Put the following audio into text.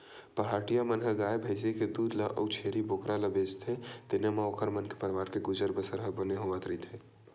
पहाटिया मन ह गाय भइसी के दूद ल अउ छेरी बोकरा ल बेचथे तेने म ओखर मन के परवार के गुजर बसर ह बने होवत रहिथे